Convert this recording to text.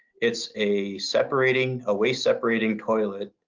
it's a waste-separating ah waste-separating toilet